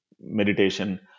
meditation